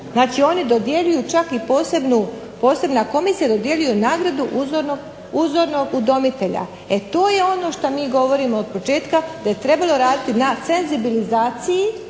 Znači, oni dodjeljuju čak i posebnu, posebna komisija dodjeljuje nagradu uzornog udomitelja. E to je ono što mi govorimo od početka da je trebalo raditi na senzibilizaciji